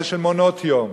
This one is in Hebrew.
של מעונות-יום.